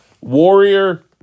Warrior